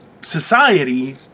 society